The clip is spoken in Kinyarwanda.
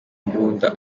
mbunda